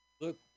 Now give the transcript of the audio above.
Look